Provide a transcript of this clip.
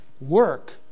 work